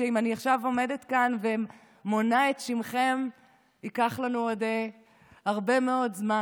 אם אני עכשיו עומדת כאן ומונה את שמכם ייקח לנו עוד הרבה מאוד זמן.